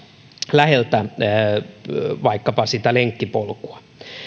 läheltä sitä lenkkipolkua